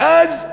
ואז,